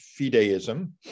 fideism